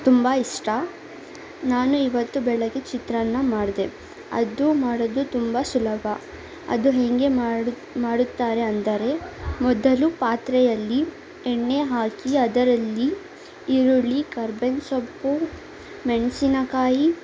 ತುಂಬ ಇಷ್ಟ ನಾನು ಇವತ್ತು ಬೆಳಿಗ್ಗೆ ಚಿತ್ರಾನ್ನ ಮಾಡಿದೆ ಅದು ಮಾಡೋದು ತುಂಬ ಸುಲಭ ಅದು ಹೇಗೆ ಮಾಡು ಮಾಡುತ್ತಾರೆ ಅಂದರೆ ಮೊದಲು ಪಾತ್ರೆಯಲ್ಲಿ ಎಣ್ಣೆ ಹಾಕಿ ಅದರಲ್ಲಿ ಈರುಳ್ಳಿ ಕರ್ಬೇವಿನ ಸೊಪ್ಪು ಮೆಣಸಿನಕಾಯಿ